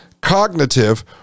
cognitive